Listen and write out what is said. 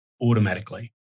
automatically